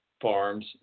farms